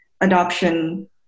adoption